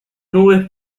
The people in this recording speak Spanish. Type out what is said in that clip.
nubes